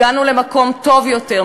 הגענו למקום טוב יותר,